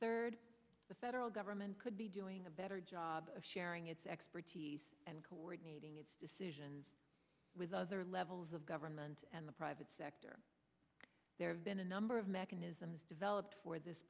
third the federal government could be doing a better job of sharing its expertise and coordinating its decisions with other levels of government and the private sector there have been a number of mechanisms developed for this